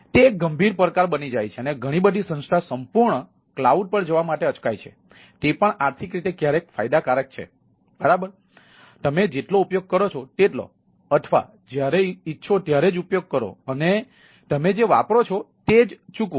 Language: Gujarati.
તેથી તે એક ગંભીર પડકાર બની જાય છે અને ઘણી બધી સંસ્થા સંપૂર્ણ કલાઉડ પર જવા માટે અચકાય છે તે પણ આર્થિક રીતે ક્યારેક ફાયદાકારક છે બરાબર તેથી તમે જેટલો ઉપયોગ કરો છો તેટલો અથવા જ્યારે ઇચ્છો ત્યારે જ ઉપયોગ કરો અને તમે જે વાપરો છો તે જ ચૂકવો